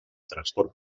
transport